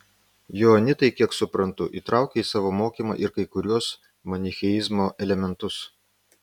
joanitai kiek suprantu įtraukia į savo mokymą ir kai kuriuos manicheizmo elementus